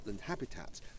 habitats